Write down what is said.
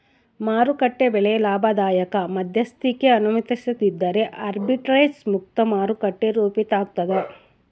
ಮಾರುಕಟ್ಟೆ ಬೆಲೆ ಲಾಭದಾಯಕ ಮಧ್ಯಸ್ಥಿಕಿಗೆ ಅನುಮತಿಸದಿದ್ದರೆ ಆರ್ಬಿಟ್ರೇಜ್ ಮುಕ್ತ ಮಾರುಕಟ್ಟೆ ರೂಪಿತಾಗ್ತದ